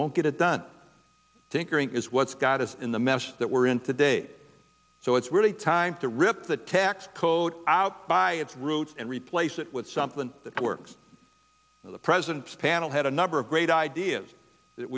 won't get it done tinkering is what's got us in the mess that we're in today so it's really time to rip the tax code out by its roots and replace it with something that works in the present panel had a number of great ideas that